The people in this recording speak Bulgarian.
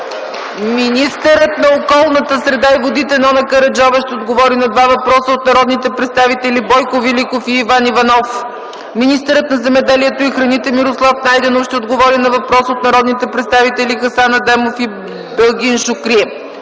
Министърът на околната среда и водите Нона Караджова ще отговори на два въпроса от народните представители Бойко Великов и Иван Иванов. Министърът на земеделието и храните Мирослав Найденов ще отговори на въпрос от народните представители Хасан Адемов и Белгин Шукри.